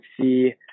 see